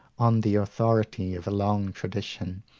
on the authority of a long tradition,